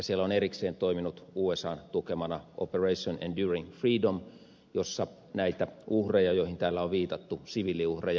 siellä on erikseen toiminut usan tukemana operation enduring freedom jossa on tullut näitä uhreja joihin täällä on viitattu siviiliuhreja